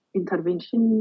intervention